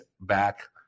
back